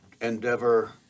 endeavor